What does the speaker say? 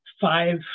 five